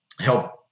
help